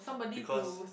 because